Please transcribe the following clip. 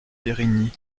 périgny